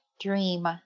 dream